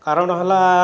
କାରଣ ହେଲା